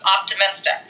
optimistic